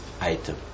item